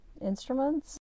instruments